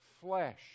flesh